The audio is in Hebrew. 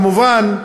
כמובן,